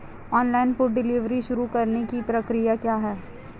Online food delivery शुरू करने की प्रक्रिया क्या है?